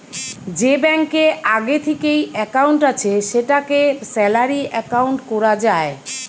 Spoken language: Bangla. যে ব্যাংকে আগে থিকেই একাউন্ট আছে সেটাকে স্যালারি একাউন্ট কোরা যায়